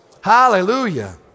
hallelujah